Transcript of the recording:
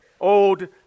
Old